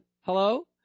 Hello